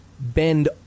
bend